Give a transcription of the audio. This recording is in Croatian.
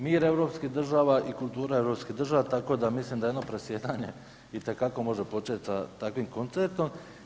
Mir europskih država i kultura europskih država, tako da mislim da jedno predsjedanje itekako može počet sa takvim koncertom.